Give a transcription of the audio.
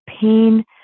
pain